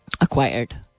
acquired